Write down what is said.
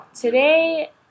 Today